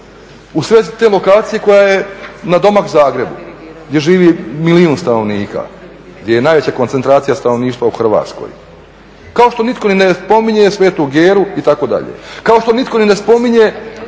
u svezi te lokacije koja je na domak Zagrebu gdje živi milijun stanovnika, gdje je najveća koncentracija stanovništva u Hrvatskoj. Kao što nitko ni ne spominje Svetu Geru itd., kao što nitko ni ne spominje